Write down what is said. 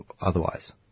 otherwise